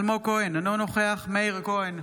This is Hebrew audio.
אלמוג כהן, אינו נוכח מאיר כהן,